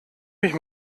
mich